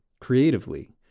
creatively